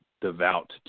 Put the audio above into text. devout